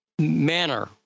manner